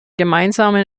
gemeinsamen